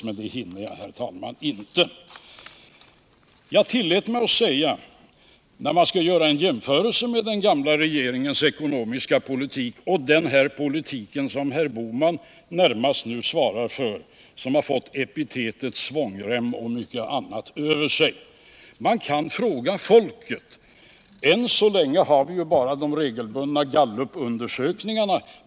Men det hinner jag inte, herr talman. När man vill göra en jämförelse mellan den gamla regeringens ekonomiska politik och den politik som närmast herr Bohman svarar för och som har fått epitetet svångremspolitik över sig, kan man fråga folket. Än så länge har vi bara de regelbundna gallupundersökningarna.